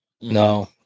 No